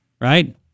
right